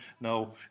No